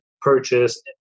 purchase